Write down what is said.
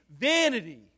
vanity